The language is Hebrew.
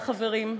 חברים,